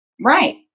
Right